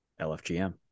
LFGM